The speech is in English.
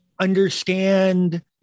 understand